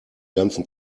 ganzen